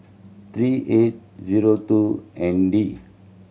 three eight zero two N D